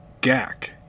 Gak